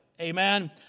amen